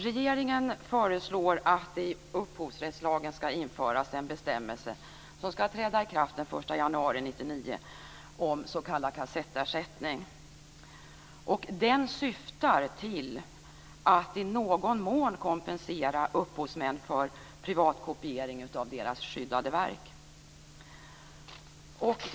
Regeringen föreslår att det i upphovsrättslagen skall införas en bestämmelse som skall träda i kraft den 1 januari 1999 om s.k. kassettersättning. Den syftar till att i någon mån kompensera upphovsmän för privat kopiering av deras skyddade verk.